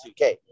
2K